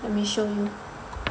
let me show you